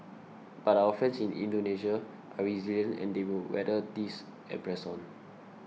but our friends in Indonesia are resilient and they will weather this and press on